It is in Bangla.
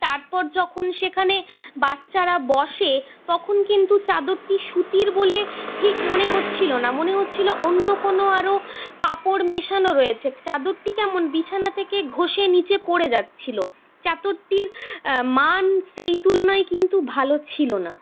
তারপর যখন সেখানে বাচ্চারা বসে তখন কিন্তু চাদরটি সুতির বলে ঠিক মনে হচ্ছিলো না মনে হচ্ছিলো অন্য কোনো আরও কাপড় মেশানো রয়েছে চাদরটি কেমন বিছানা থেকে ঘষে নিচে পড়ে যাচ্ছিলো চাদরটির মান সেই তুলনায় কিন্তু ভালো ছিলো না